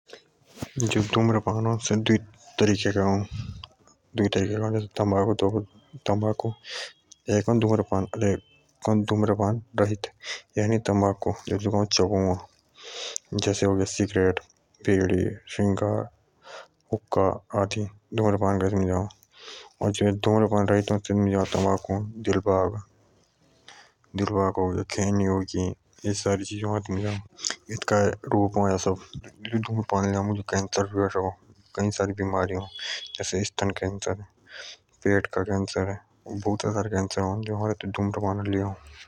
तम्बाकू सेवन दो प्रकार का है एक काणका अ और एक दुर्मपान वाला जेसे सिगरेट हुका बिडि और खाने का जेसे मीनार गोल्डन ओर भी बोऊतो कूछ एतु लेई आमुक केन्सर सक हए बल्ड केन्सर और मुह का केंसर आदि बिमारी या अः।